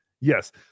yes